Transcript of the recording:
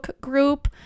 group